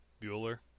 Bueller